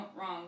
wrong